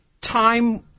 Time